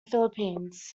philippines